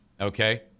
Okay